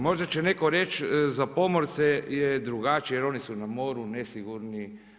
Možda će netko reći za pomorce je drugačije jer oni su na moru, nesigurni.